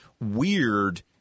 weird